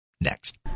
Next